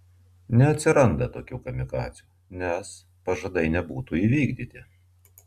neatsiranda tokių kamikadzių nes pažadai nebūtų įvykdyti